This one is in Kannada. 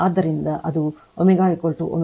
ಆದ್ದರಿಂದ ω ω 1